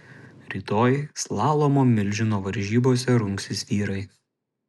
rytoj slalomo milžino varžybose rungsis vyrai